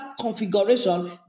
configuration